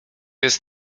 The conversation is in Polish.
jest